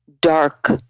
dark